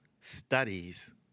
studies